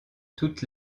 toutes